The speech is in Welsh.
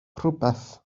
rhywbeth